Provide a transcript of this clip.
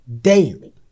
daily